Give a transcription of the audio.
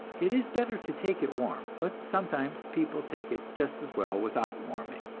it is better to take it warm, but sometimes people take it just as well without warming.